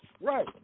right